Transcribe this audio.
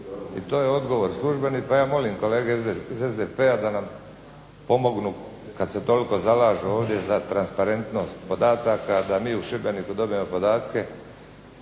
i to je odgovor službeni, pa ja molim kolege iz SDP-a da nam pomognu kad se toliko zalažu ovdje za transparentnost podataka da mi u Šibeniku dobijemo podatke